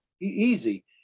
easy